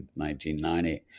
1990